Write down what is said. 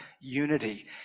unity